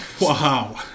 Wow